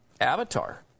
Avatar